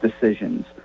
decisions